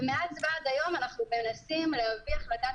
ומאז ועד היום אנחנו מנסים להביא החלטת